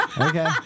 Okay